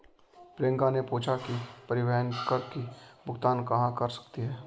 प्रियंका ने पूछा कि वह परिवहन कर की भुगतान कहाँ कर सकती है?